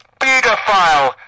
pedophile